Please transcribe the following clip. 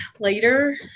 later